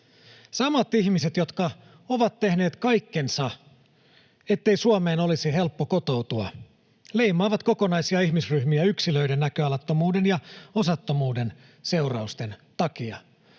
Samat ihmiset, jotka ovat tehneet kaikkensa, ettei Suomeen olisi helppo kotoutua, leimaavat kokonaisia ihmisryhmiä yksilöiden näköalattomuuden ja osattomuuden seurausten takia.